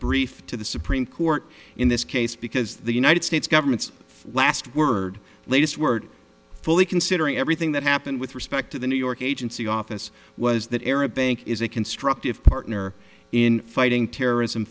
briefed to the supreme court in this case because the united states government's last word latest word fully considering everything that happened with respect to the new york agency office was that arab is a constructive partner in fighting terrorism